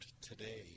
today